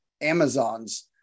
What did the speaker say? Amazon's